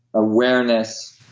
awareness.